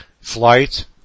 flight